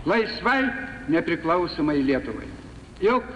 laisvai nepriklausomai lietuvai jog